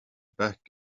back